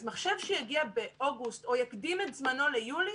אז מחשב שיגיע באוגוסט או יקדים את זמנו ליולי,